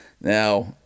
Now